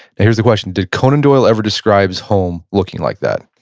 and here's the question, did conan doyle ever describes holme looking like that?